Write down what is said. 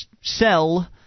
sell